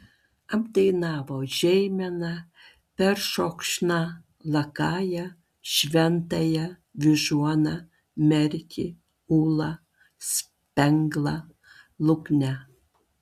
apdainavo žeimeną peršokšną lakają šventąją vyžuoną merkį ūlą spenglą luknę